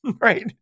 right